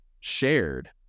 shared